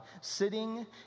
sitting